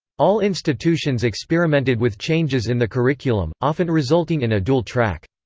all institutions experimented with changes in the curriculum, often resulting in a dual-track.